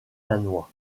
danois